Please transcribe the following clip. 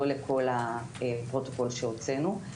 לא לכל הפרוטוקול שהוצאנו,